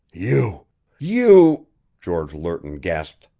you you george lerton gasped.